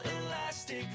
elastic